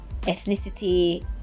ethnicity